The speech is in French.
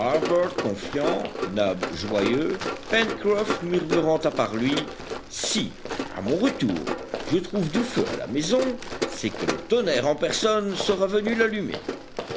confiant nab joyeux pencroff murmurant à part lui si à mon retour je trouve du feu à la maison c'est que le tonnerre en personne sera venu l'allumer